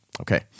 Okay